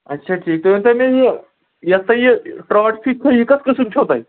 اچھا ٹھیٖک تُہۍ ؤنۍتو مےٚ یہِ یۄس تۄہہِ یہِ ترٛاٹ فِش چھو یہِ کۄس قٕسٕم چھو تۄہہِ